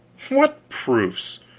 what proofs?